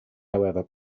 however